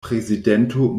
prezidento